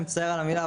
מצטער על המילה,